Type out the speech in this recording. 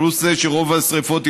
פלוס זה שרוב השרפות,